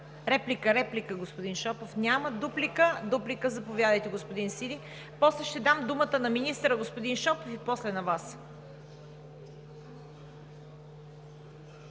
Реплика, реплика, господин Шопов. Няма. Дуплика – заповядайте, господин Сиди. После ще дам думата на министъра, господин Шопов, и после на Вас.